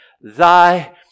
thy